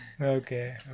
Okay